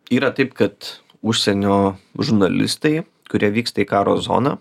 yra taip kad užsienio žurnalistai kurie vyksta į karo zoną